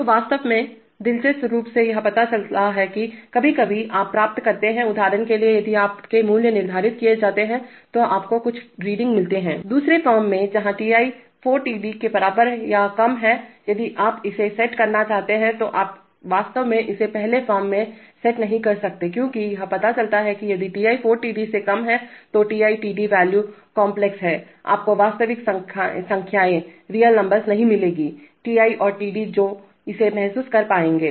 तो वास्तव में दिलचस्प रूप से यह पता चला है कि कभी कभी आप प्राप्त करते हैंउदाहरण के लिए यदि आपके मूल्य निर्धारित किए जाते हैं तो आपको कुछ रीडिंग मिलते हैं दूसरे फॉर्म में जहां Ti 4Td के बराबर या कम है यदि आप इसे सेट करना चाहते हैं तो आप वास्तव में इसे पहले फॉर्म में सेट नहीं कर सकते क्योंकि यह पता चलता है कि यदि Ti 4Td से कम है तो Ti Td वॉल्यू कांपलेक्स हैआपको वास्तविक संख्याएंरियल नंबर नहीं मिलेंगीTi और Td जो इसे महसूस कर पाएंगे